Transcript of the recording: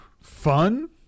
fun